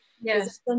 yes